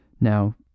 Now